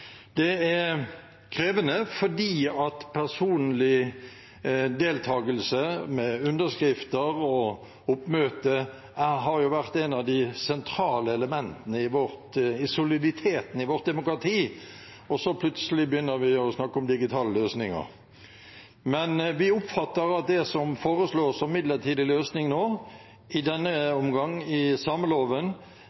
Det er krevende fordi personlig deltakelse med underskrifter og oppmøte har vært et av de sentrale elementene i soliditeten i vårt demokrati, og så plutselig begynner vi å snakke om digitale løsninger. Men vi oppfatter at det som foreslås som midlertidig løsning nå, i denne